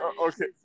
Okay